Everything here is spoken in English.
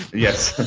yes.